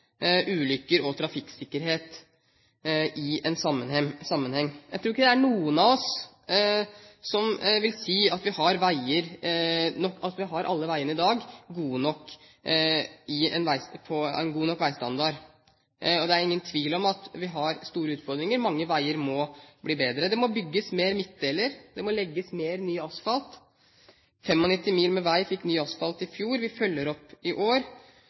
ulykker og trafikksikkerhet i en sammenheng. Jeg tror ikke det er noen av oss som vil si at alle veiene i dag har en god nok standard. Det er ingen tvil om at vi har store utfordringer. Mange veier må bli bedre. Det må bygges flere midtdelere, det må legges mer ny asfalt – 95 mil med vei fikk ny asfalt i fjor. Vi følger opp i år.